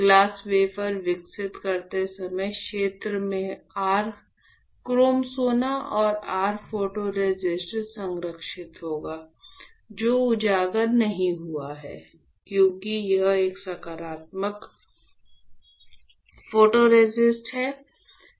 glass wafer विकसित करते समय क्षेत्र में r क्रोम सोना और r फोटोरेसिस्ट संरक्षित होगा जो उजागर नहीं हुआ था क्योंकि यह एक सकारात्मक फोटोरेसिस्ट है